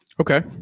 okay